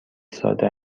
ساده